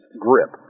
grip